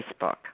Facebook